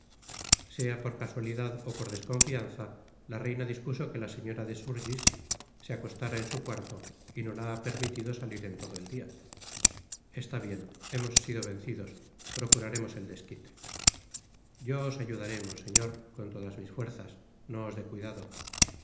sea por casualidad ó por desconfianza la reina dispuso que la señora de surgís se acostara en su cuarto y no la ha permitido salir en todo el dia está bien hemos sido vencidos procuraremos el desquite yo os ayudaré monseñor con todas mis fuerzas no os dé cuidado